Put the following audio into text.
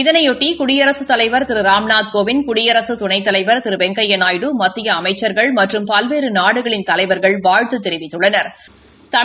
இதனையொட்டி குடியரசுத் தலைவா திரு ராம்நாத் கோவிந்த் குடியரசுத் துணைத்தலைவா திரு வெங்கையா நாயுடு மத்திய அமைச்சா்கள் மற்றும் பல்வேறு நாடுகளின் தலைவா்கள் வாழ்த்து தெரிவித்துள்ளனா்